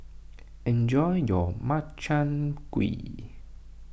enjoy your Makchang Gui